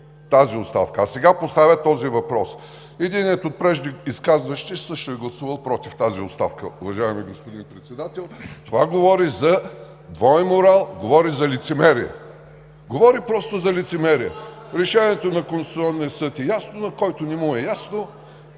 тази оставка! А сега поставят този въпрос. Единият от преждеизказващите се също е гласувал „против“ тази оставка, уважаеми господин Председател. Това говори за двоен морал, говори за лицемерие! Говори просто за лицемерие! Решението на Конституционния съд е ясно. На който не му е ясно,